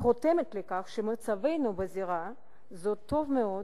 חותמת לכך שמצבנו בזירה הזאת טוב מאוד,